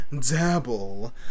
dabble